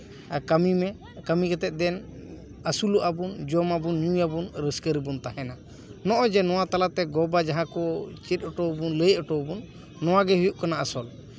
ᱠᱟᱹᱢᱤ ᱢᱮ ᱠᱟᱹᱢᱤ ᱠᱟᱛᱮ ᱫᱮᱱ ᱟᱹᱥᱩᱞᱚᱜᱼᱟ ᱵᱚᱱ ᱡᱚᱢᱟ ᱵᱚᱱ ᱧᱩᱭᱟᱵᱚᱱ ᱨᱟᱹᱥᱠᱟᱹ ᱨᱮᱵᱚᱱ ᱛᱟᱦᱮᱱᱟ ᱱᱚᱜᱼᱚᱭ ᱡᱮ ᱱᱚᱣᱟ ᱛᱟᱞᱟ ᱛᱮ ᱜᱚᱼᱵᱟᱵᱟ ᱡᱟᱦᱟᱸᱭ ᱠᱚ ᱪᱮᱫ ᱦᱚᱴᱚ ᱟᱵᱚᱱ ᱞᱟᱹᱭ ᱦᱚᱴᱚ ᱟᱵᱚᱱ ᱱᱚᱣᱟ ᱜᱮ ᱦᱩᱭᱩᱜ ᱠᱟᱱᱟ ᱟᱥᱚᱞ